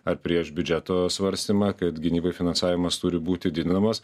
ar prieš biudžeto svarstymą kad gynybai finansavimas turi būti didinamas